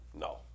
No